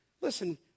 Listen